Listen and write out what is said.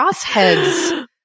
Crossheads